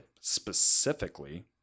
specifically